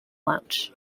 launch